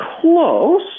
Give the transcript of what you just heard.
Close